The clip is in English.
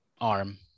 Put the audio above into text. arm